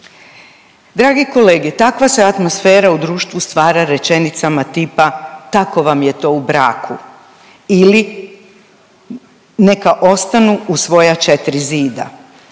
Dragi kolege, takva se atmosfera u društvu stvara rečenicama tipa „tako vam je to u braku“ ili „neka ostanu u svoja 4 zida“